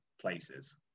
places